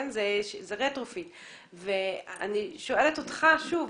אני שואלת אותך שוב.